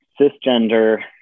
cisgender